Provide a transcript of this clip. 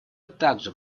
также